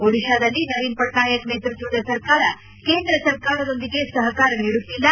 ಒಡಿತಾದಲ್ಲಿ ನವೀನ್ ಪಟ್ನಾಯಕ್ ನೇತೃತ್ವದ ಸರ್ಕಾರ ಕೇಂದ್ರ ಸರ್ಕಾರದೊಂದಿಗೆ ಸಹಕಾರ ನೀಡುತ್ತಿಲ್ಲ